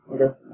Okay